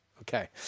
Okay